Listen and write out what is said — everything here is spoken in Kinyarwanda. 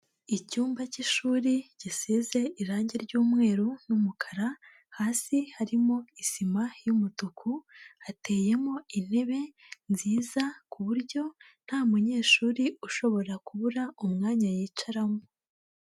Icyumba cy'ishuri gisize irangi ry'umweru n'umukara, hasi harimo isima y'umutuku, hateyemo intebe nziza ku buryo nta munyeshuri ushobora kubura umwanya yicaramo.